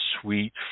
sweet